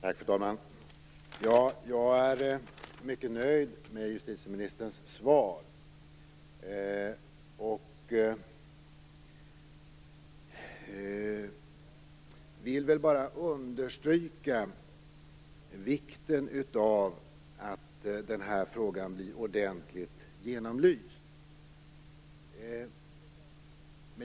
Fru talman! Jag är mycket nöjd med justitieministerns svar och vill bara understryka vikten av att denna fråga blir ordentligt genomlyst.